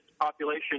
population